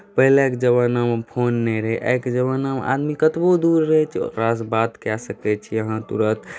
पहिलेके जमानामे फोन नहि रहै आइके जमानामे आदमी कतबो दूर रहैत छै ओकरासँ बात कए सकैत छी अहाँ तुरन्त